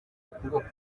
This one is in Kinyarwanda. ukuboko